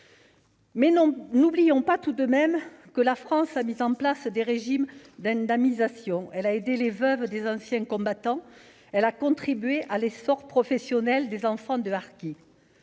métropolitaine. Certes, la France a mis en place des régimes d'indemnisation ; elle a aidé les veuves des anciens combattants et contribué à l'essor professionnel des enfants de harkis.